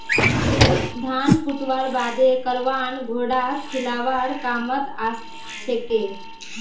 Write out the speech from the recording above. धान कुटव्वार बादे करवान घोड़ाक खिलौव्वार कामत ओसछेक